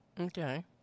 Okay